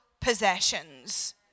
possessions